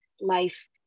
life